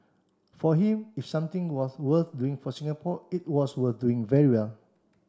for him if something was worth doing for Singapore it was worth doing very well